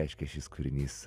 reiškia šis kūrinys